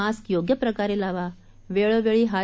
mask योग्य प्रकारे लावा वेळोवेळी हात